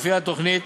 לפי התוכנית,